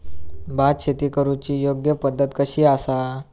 भात शेती करुची योग्य पद्धत कशी आसा?